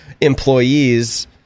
employees